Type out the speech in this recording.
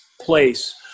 Place